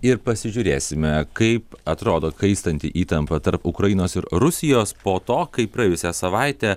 ir pasižiūrėsime kaip atrodo kaistanti įtampa tarp ukrainos ir rusijos po to kai praėjusią savaitę